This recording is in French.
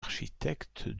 architectes